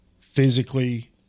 physically